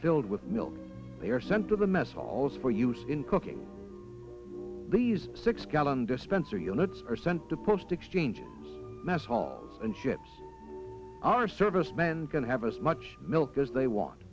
filled with milk they are sent to the mess hall is for use in cooking these six gallon dispenser units are sent to post exchange mess hall and ships are service men going to have as much milk as they want